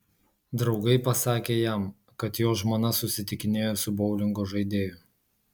draugai pasakė jam kad jo žmona susitikinėjo su boulingo žaidėju